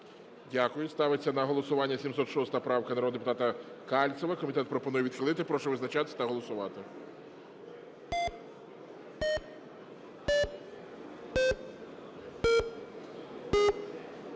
Дякую. Ставиться на голосування 706 правка народного депутата Кальцева. Комітет пропонує відхилити. Прошу визначатись та голосувати.